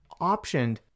optioned